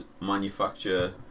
manufacture